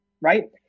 right